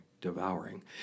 devouring